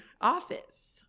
office